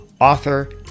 author